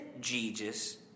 Jesus